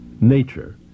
nature